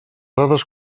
dades